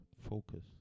focus